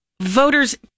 voters